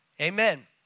Amen